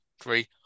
three